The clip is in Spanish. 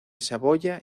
saboya